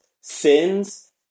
sins